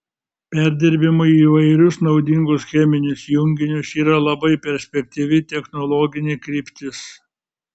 perdirbimui į įvairius naudingus cheminius junginius yra labai perspektyvi technologinė kryptis